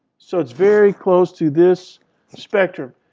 so it's very close to this spectrum.